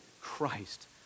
Christ